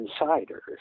insiders